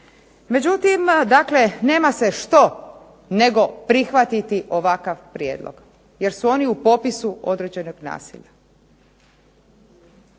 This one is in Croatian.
Međutim, dakle nema se što nego prihvatiti ovakav prijedlog jer su oni u popisu određenog naselja.